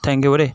thank you দেই